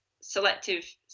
selective